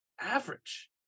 average